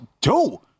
two